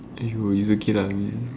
aiyo it's okay lah